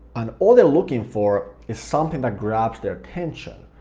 and all they're looking for is something that grabs their attention.